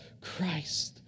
Christ